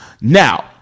Now